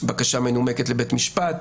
בקשה מנומקת לבית המשפט,